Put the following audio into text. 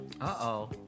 Uh-oh